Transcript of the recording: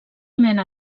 mena